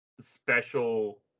special